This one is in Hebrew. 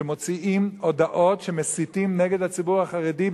שמוציאים הודעות שמסיתות נגד הציבור החרדי.